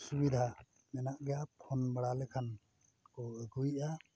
ᱥᱩᱵᱤᱫᱷᱟ ᱢᱮᱱᱟᱜ ᱜᱮᱭᱟ ᱵᱟᱲᱟ ᱞᱮᱠᱷᱟᱱ ᱠᱚ ᱟᱹᱜᱩᱭᱮᱫᱼᱟ